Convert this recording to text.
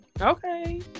Okay